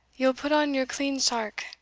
ye'll put on your clean sark,